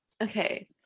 Okay